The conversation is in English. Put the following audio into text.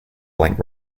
blank